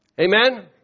Amen